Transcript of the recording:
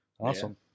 Awesome